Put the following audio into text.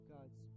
God's